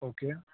okay